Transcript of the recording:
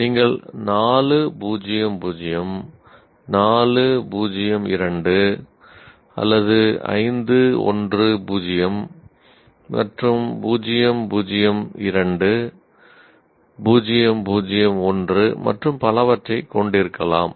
நீங்கள் 4 0 0 4 0 2 அல்லது 5 1 0 மற்றும் 0 0 2 0 0 1 மற்றும் பலவற்றைக் கொண்டிருக்கலாம்